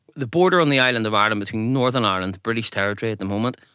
the border on the island of ireland between northern ireland, british territory at the moment,